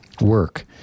work